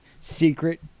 Secret